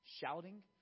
shouting